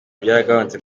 byaragabanutse